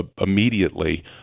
immediately